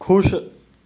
ਖੁਸ਼